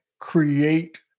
create